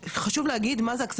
אלה זכויות קוגנטיות,